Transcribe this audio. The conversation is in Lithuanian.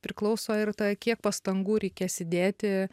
priklauso ir ta kiek pastangų reikės įdėti